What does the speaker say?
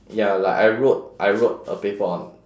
ya like I wrote I wrote a paper on